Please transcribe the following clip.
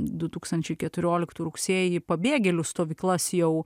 du tūkstančiai keturioliktų rugsėjį pabėgėlių stovyklas jau